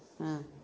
ah